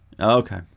Okay